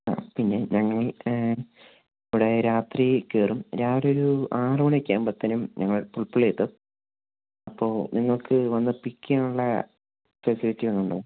ആഹ് പിന്നെ ഞങ്ങൾ ഇവിടെ രാത്രി കയറും രാവിലെയൊരു ആറ് മണിയൊക്കെ ആവുമ്പോഴത്തേക്കും ഞങ്ങൾ പുൽപ്പള്ളി എത്തും അപ്പോൾ നിങ്ങൾക്ക് വന്ന് പിക്ക് ചെയ്യാനുള്ള ഫെസിലിറ്റി ഉണ്ടോ